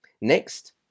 Next